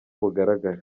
bugaragara